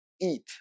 eat